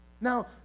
Now